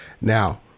now